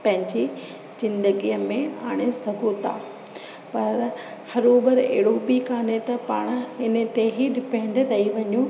पंहिंजी ज़िंदगीअ में आणे सघूं था पर हरूभरू अहिड़ो बि काने त पाणि हिन ते ई डिपेन्ड रही वञूं